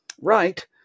right